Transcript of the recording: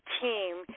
Team